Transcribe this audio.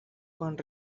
con